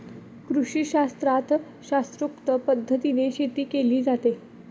कृषीशास्त्रात शास्त्रोक्त पद्धतीने शेती केली जाते